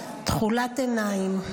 תכולת עיניים.